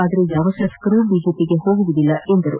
ಆದರೆ ಯಾವ ಶಾಸಕರು ಕೂಡ ಬಿಜೆಟಿಗೆ ಹೋಗುವುದಿಲ್ಲ ಎಂದರು